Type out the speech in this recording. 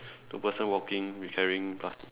two person walking carrying plas~